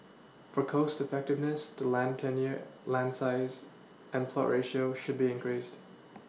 for cost effectiveness the land tenure land size and plot ratio should be increased